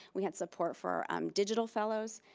we had support for um digital fellows.